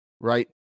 right